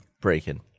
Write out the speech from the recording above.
breaking